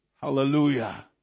Hallelujah